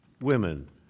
women